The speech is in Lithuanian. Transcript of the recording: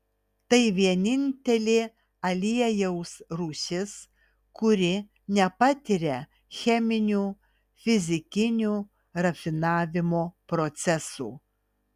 tai vienintelė aliejaus rūšis kuri nepatiria cheminių fizikinių rafinavimo procesų